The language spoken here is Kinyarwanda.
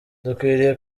dukwiriye